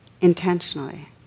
intentionally